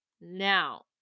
now